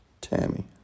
Tammy